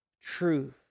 truth